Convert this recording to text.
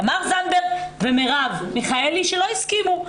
תמר זנדברג ומרב מיכאלי שלא הסכימו.